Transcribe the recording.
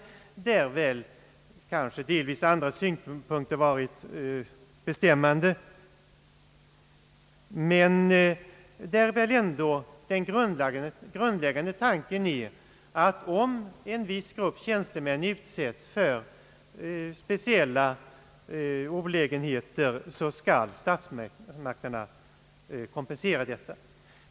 Där har kanske i någon mån andra synpunkter varit bestämmande, men den grundläggande tanken är väl ändå, att om en viss grupp tjänstemän utsätts för speciella olägenheter så skall statsmakterna kompensera detta.